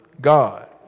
God